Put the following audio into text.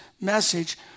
message